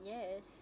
Yes